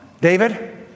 David